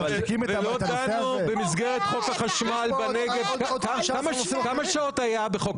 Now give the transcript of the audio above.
אבל עכשיו אתה גם יושב על כיסא יושב ראש